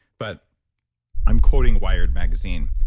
but i'm quoting wired magazine,